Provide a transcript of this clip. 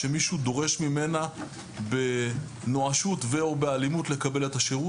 כשמישהו דורש ממנה בנואשות ו'או באלימות לקבל את השירות,